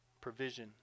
provision